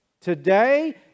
today